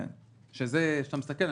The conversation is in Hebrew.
כשאתה מסתכל,